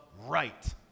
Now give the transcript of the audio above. right